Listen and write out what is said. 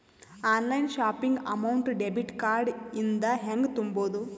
Online shopping amount debit card ಇಂದ ಹೆಂಗ್ ತುಂಬೊದು?